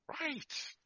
right